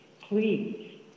Please